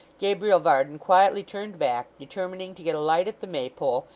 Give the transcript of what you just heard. gabriel varden quietly turned back, determining to get a light at the maypole,